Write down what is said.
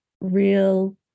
real